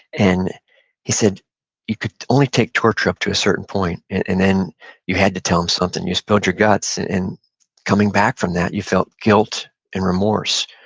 and he said you could only take torture up to a certain point, and then you had to tell them something. you spilled your guts, and coming back from that you felt guilt and remorse.